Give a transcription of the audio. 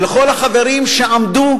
ולכל החברים שעמדו